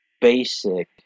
basic